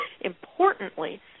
Importantly